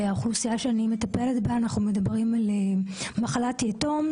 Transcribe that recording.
האוכלוסייה שאני מטפלת בה היא אוכלוסיית מחלת יתום,